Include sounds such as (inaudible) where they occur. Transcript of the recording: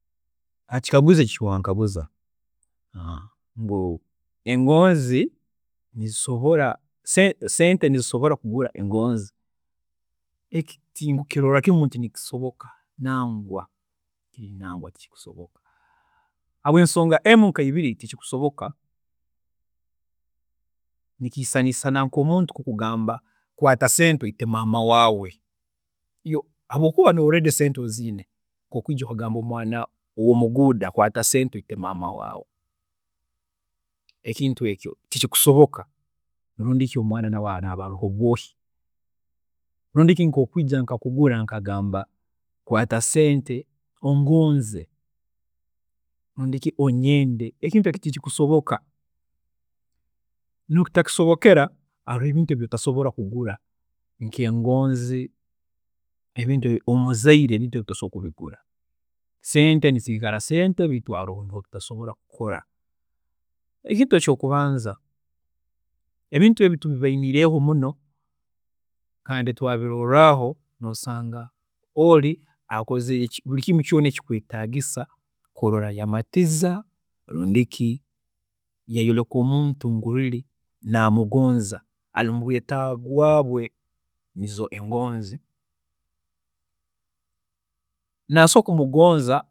﻿Hakikaguzo eki wangaguza, (hesitation) engoonzi, nizisobola sente sente nizisobola kuburwa engoonzi eki tinkurorrakimu nikisoboka nangwa, nangwa tikikusoboka, habwensonga emu nkeibiri tikikusoboka nikiisana isana nk'omuntu kugamba kwaata sente oyite maama waawe habwokuba iwe already oziine, okwiija okagamba omwaana w'omuguuda kwaata sente otite maama waawe ekintu ekyo tikikusoboka rundi ki omwaana nawe araaba aroho obwoohe, rundi ki nkoku nkwiija nkakugura nkagamba kwaata sente ongonze, rundi ki onyende, ekintu eki tikikusoboka, mbere kitakusobokera haroho ebintu ebi tutagura, nk'engoonzi, omuzaire, ebi tosobola kubigura. Sente niziikara sente baitu haroho ebi zitasobola kukora, ekintu eky'okubanza ebintu ebi turoliireho muno kandi twabilorraho nosanga oli akozire buli kimu kyoona ekikweetagisa kurola yamatiza rundi ki yayoreka omuntu ngu really n'amugonza ari mubweetaavu bwaaye nizo engonzi, nasobola kumugonza